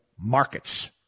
markets